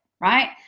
right